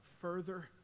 further